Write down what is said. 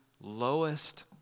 lowest